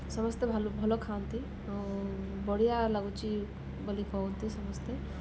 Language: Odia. ସମସ୍ତେ ଭଲ ଭଲ ଖାଆନ୍ତି ଆଉ ବଢ଼ିଆ ଲାଗୁଛି ବୋଲି କୁହନ୍ତି ସମସ୍ତେ